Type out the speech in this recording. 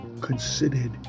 considered